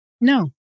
No